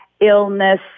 illness